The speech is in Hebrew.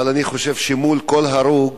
אבל אני חושב שמול כל הרוג